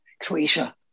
Croatia